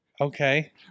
okay